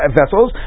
vessels